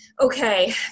Okay